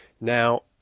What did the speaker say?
Now